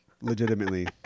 legitimately